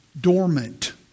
dormant